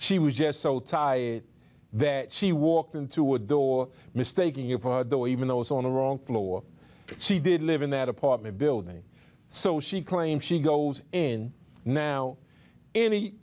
she was just so tired that she walked into a door mistaking you for though even those on the wrong floor she did live in that apartment building so she claims she goes in now any